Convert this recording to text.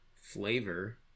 flavor